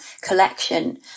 collection